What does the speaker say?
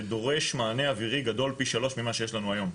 שדורש מענה אווירי גדול פי שלוש ממה שיש לנו היום.